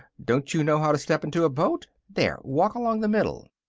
don't you know how to step into a boat? there. walk along the middle.